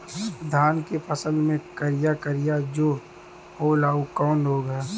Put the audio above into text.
धान के फसल मे करिया करिया जो होला ऊ कवन रोग ह?